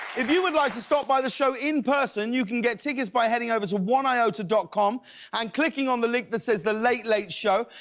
if you would like to stop by the show in person, you can get tickets by heading over to one iota dot com and clicking on the link that says, the late, late show.